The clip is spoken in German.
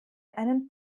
einen